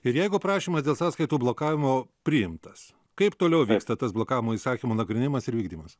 ir jeigu prašymas dėl sąskaitų blokavimo priimtas kaip toliau vyksta tas blokavimo įsakymo nagrinėjimas ir vykdymas